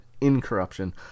incorruption